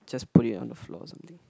just put it on the floor something